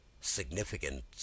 significant